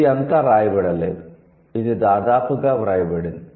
ఇది అంతా వ్రాయబడలేదు ఇది దాదాపుగా వ్రాయబడింది